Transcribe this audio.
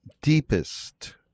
deepest